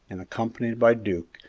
and, accompanied by duke,